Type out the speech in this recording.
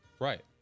Right